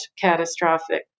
catastrophic